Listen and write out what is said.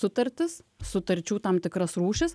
sutartis sutarčių tam tikras rūšis